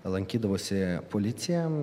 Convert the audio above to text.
lankydavosi policija